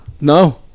No